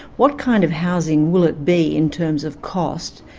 what kind of housing will it be in terms of cost,